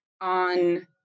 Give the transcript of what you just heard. on